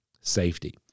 safety